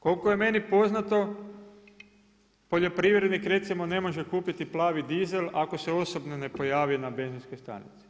Koliko je meni poznato, poljoprivrednik recimo ne može kupiti plavi dizel ako se osobno ne pojavi na benzinskoj stanici.